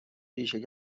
ریشه